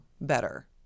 better